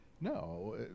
No